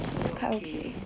oh okay